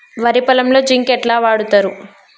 వరి పొలంలో జింక్ ఎట్లా వాడుతరు?